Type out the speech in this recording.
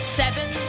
seven